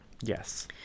Yes